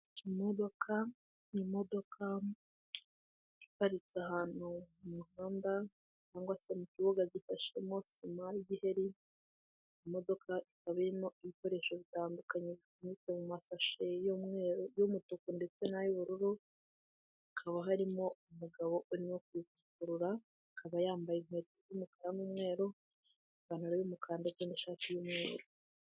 Imodoka iparitse ahantu, mu modoka harimo ibikoresho bitandukanye bipfutse masashe y'umutuku ndetse na y'ubururu hari umugabo wambaye ishati y'umweru n'ipantaro y'umukara uri gupakurura .